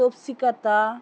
তফসিঘাটা